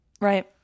right